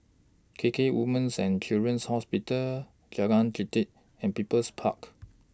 K K Women's and Children's Hospital Jalan Jelita and People's Park